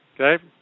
okay